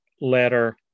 letter